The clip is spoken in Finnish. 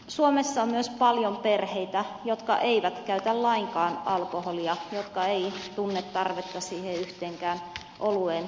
suomessa on myös paljon perheitä jotka eivät käytä lainkaan alkoholia jotka eivät tunne tarvetta siihen yhteenkään olueen